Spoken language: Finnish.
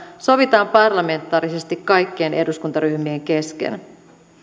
sovitaan parlamentaarisesti kaikkien eduskuntaryhmien kesken